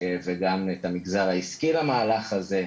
וגם את המגזר העסקי למהלך הזה.